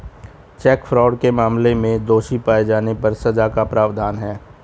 check fraud के मामले में दोषी पाए जाने पर सजा का प्रावधान है